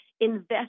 invest